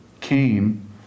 came